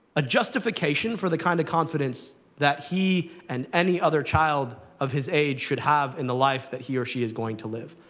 a justification for the kind of confidence that he and any other child of his age should have in the life that he or she is going to live.